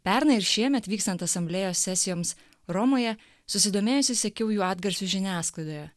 pernai ir šiemet vykstant asamblėjos sesijoms romoje susidomėjusi sekiau jų atgarsius žiniasklaidoje